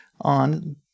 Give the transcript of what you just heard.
on